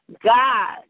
God